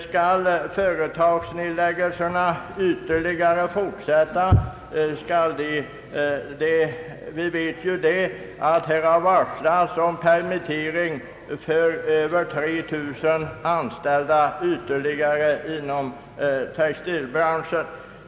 Skall ytterligare ett antal företag nedläggas? Vi vet ju att det har varslats om permittering för ytterligare 3 000 anställda inom textilbranschen.